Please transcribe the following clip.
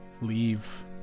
leave